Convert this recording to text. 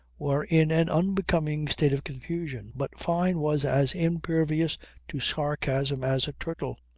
were in an unbecoming state of confusion. but fyne was as impervious to sarcasm as a turtle.